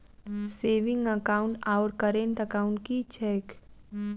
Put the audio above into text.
Saving account आओर current account की छैक?